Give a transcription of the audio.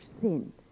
sin